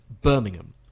Birmingham